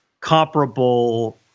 comparable –